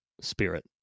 spirit